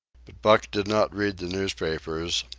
but buck did not read the newspapers,